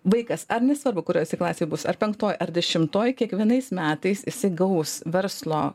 vaikas ar nesvarbu kur esi klasėj bus ar penktoj ar dešimtoj kiekvienais metais jisai gaus verslo